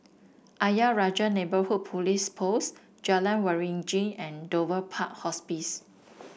Ayer Rajah Neighbourhood Police Post Jalan Waringin and Dover Park Hospice